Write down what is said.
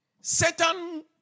Satan